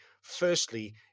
Firstly